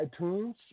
iTunes